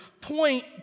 point